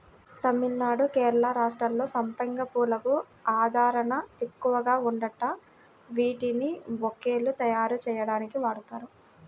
తమిళనాడు, కేరళ రాష్ట్రాల్లో సంపెంగ పూలకు ఆదరణ ఎక్కువగా ఉందంట, వీటిని బొకేలు తయ్యారుజెయ్యడానికి వాడతారు